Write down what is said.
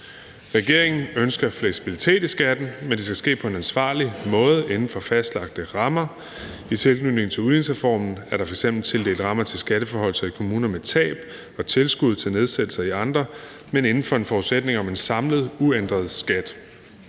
Regeringen ønsker fleksibilitet i skatten, men det skal ske på en ansvarlig måde inden for fastlagte rammer. I tilknytning til udligningsreformen er der f.eks. tildelt rammer til skatteforhøjelser i kommuner med tab og tilskud til nedsættelser i andre, men inden for en forudsætning om en samlet uændret skat.